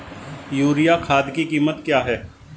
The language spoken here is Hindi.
यूरिया खाद की कीमत क्या है?